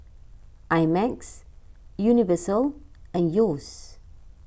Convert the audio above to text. I Max Universal and Yeo's